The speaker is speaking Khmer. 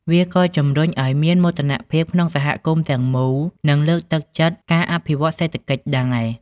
វាក៏ជំរុញឱ្យមានមោទនភាពក្នុងសហគមន៍ទាំងមូល និងលើកទឹកចិត្តការអភិវឌ្ឍសេដ្ឋកិច្ចដែរ។